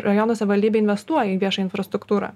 rajono savivaldybė investuoja į viešą infrastruktūrą